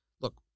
look